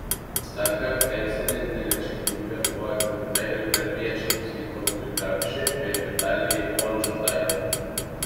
tąkart teisinė neliečiamybė buvo atimta ir darbiečiams vytautui gapšiui bei vitalijai vonžutaitei